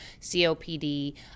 COPD